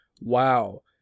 wow